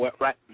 Right